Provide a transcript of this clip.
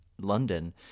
London